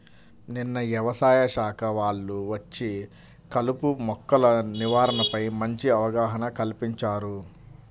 నిన్న యవసాయ శాఖ వాళ్ళు వచ్చి కలుపు మొక్కల నివారణపై మంచి అవగాహన కల్పించారు